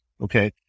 Okay